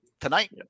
tonight